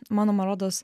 manoma rodos